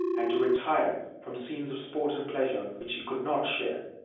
and to retire from scenes of sport and pleasure which he could not share.